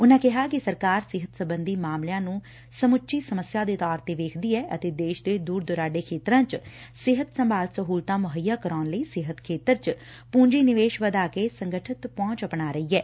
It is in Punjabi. ਉਨਾਂ ਕਿਹਾ ਕਿ ਸਰਕਾਰ ਸਿਹਤ ਸਬੰਧੀ ਮਾਮਲਿਆਂ ਨੂੰ ਸਮੱਚੀ ਸਮੱਸਿਆ ਦੇ ਤੌਰ ਤੇ ਵੇਖਦੀ ਐ ਅਤੇ ਦੇਸ਼ ਦੇ ਦੁਰ ਦਰਾਂਡੇ ਖੇਤਰਾਂ ਚ ਸਿਹਤ ਸੰਭਾਲ ਸਹੁਲਤਾਂ ਮੁੱਹਈਆ ਕਰਾਉਣ ਲਈ ਸਿਹਤ ਖੇਤਰ ਵਿਚ ਪੁੰਜੀ ਨਿਵੇਸ਼ ਵਧਾ ਕੇ ਸੰਗਠਤ ਪਹੂੰਚ ਅਪਣਾ ਰਹੀ ਐ